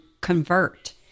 convert